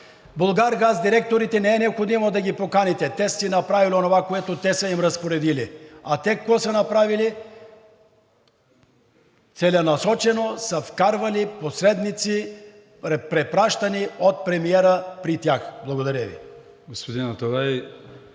„Булгаргаз“ директорите не е необходимо да ги поканите. Те са си направили онова, което са им разпоредили. А те какво са направили? Целенасочено са вкарвали посредници, препращани от премиера при тях. Благодаря Ви.